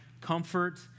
comfort